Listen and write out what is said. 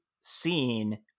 seen